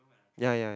ya ya